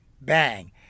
bang